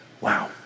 Wow